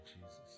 Jesus